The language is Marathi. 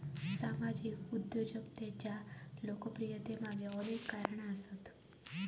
सामाजिक उद्योजकतेच्या लोकप्रियतेमागे अनेक कारणा आसत